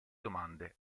domande